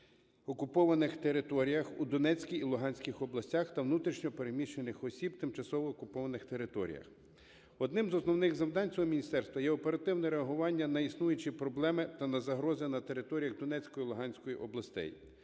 окупованих територіях у Донецькій і Луганській областях та внутрішньо переміщених осіб тимчасово окупованих територій. Одним з основних завдань цього міністерства є оперативне реагування на існуючі проблеми та на загрози на територіях Донецької і Луганської областей.